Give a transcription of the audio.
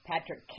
Patrick